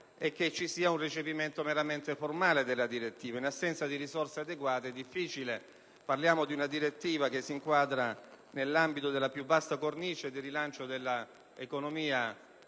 è che ci sia un recepimento meramente formale della direttiva. In assenza di risorse adeguate è difficile agire, dato che parliamo di una direttiva che si inquadra nell'ambito della più vasta cornice di rilancio dell'economia